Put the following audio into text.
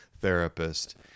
Therapist